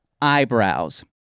eyebrows